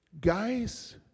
Guys